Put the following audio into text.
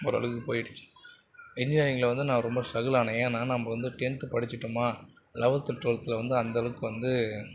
ஓரளவுக்கு போயிடுத்து இன்ஜினியரிங்கில் வந்து நான் ரொம்ப ஸ்ட்ரகிள் ஆனேன் ஏன்னால் நம்ம வந்து டென்த்து படித்திட்டோமா லெவத்து டுவெல்த்தில் வந்து அந்தளவுக்கு வந்து